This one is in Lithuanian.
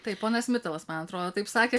tai ponas mitalas man atrodo taip sakė